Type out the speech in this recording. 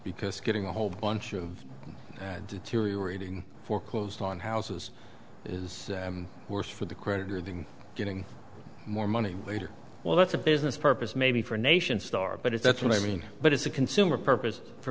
because getting a whole bunch of deteriorating foreclosed on houses is worse for the creditor than getting more money later well that's a business purpose maybe for a nation star but if that's what i mean but it's a consumer purpose for